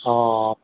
অঁ